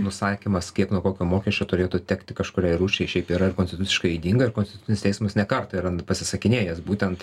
nusakymas kiek nuo kokio mokesčio turėtų tekti kažkuriai rūšiai šiaip yra ir konstituciškai ydinga ir konstitucinis teismas ne kartą yra pasisakinėjęs būtent